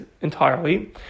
entirely